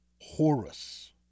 Horus